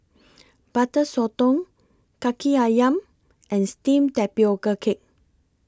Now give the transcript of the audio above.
Butter Sotong Kaki Ayam and Steamed Tapioca Cake